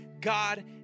God